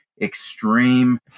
extreme